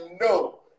no